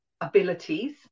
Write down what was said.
abilities